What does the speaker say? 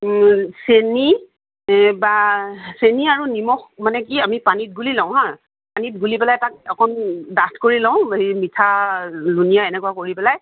চেনি বা চেনি আৰু নিমখ মানে কি আমি পানীত গুলি লওঁ হাঁ পানীত গুলি পেলাই তাত অকন ডাঠ কৰি লওঁ হেৰি মিঠা লুনিয়া কৰি পেলাই